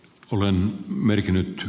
olen merkinnyt